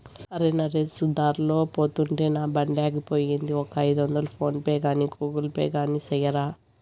అరే, నరేసు దార్లో పోతుంటే నా బండాగిపోయింది, ఒక ఐదొందలు ఫోన్ పే గాని గూగుల్ పే గాని సెయ్యరా